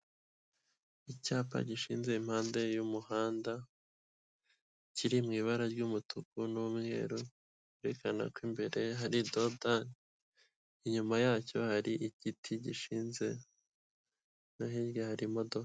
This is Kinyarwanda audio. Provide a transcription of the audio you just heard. Icyapa gishinze imihande y'umuhanda kiri mu ibara ry'umutuku n'umweru byerekana ko imbere hari dodani inyuma yacyo hari igiti gishinze no hirya hari imodoka.